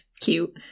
cute